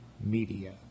media